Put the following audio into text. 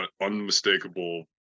unmistakable